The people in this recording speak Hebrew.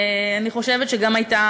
אני חושבת שהייתה